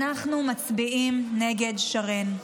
אנחנו מצביעים נגד שרן.